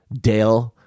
Dale